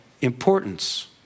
importance